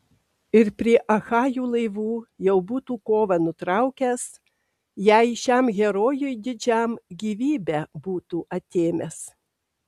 ir prie achajų laivų jau būtų kovą nutraukęs jei šiam herojui didžiam gyvybę būtų atėmęs